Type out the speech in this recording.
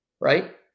right